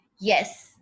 Yes